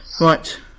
Right